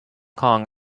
kong